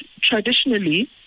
traditionally